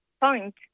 point